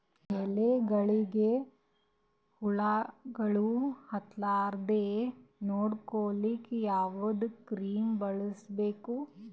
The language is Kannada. ಎಲೆಗಳಿಗ ಹುಳಾಗಳು ಹತಲಾರದೆ ನೊಡಕೊಳುಕ ಯಾವದ ಕ್ರಮ ಬಳಸಬೇಕು?